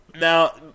now